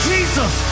Jesus